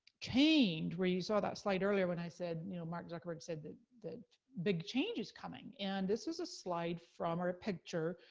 change where you saw that slide earlier, when i said, you know, mark zuckerberg said that that big change is coming. and this is a slide from, or picture,